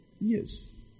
Yes